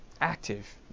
active